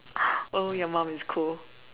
oh your mom is cool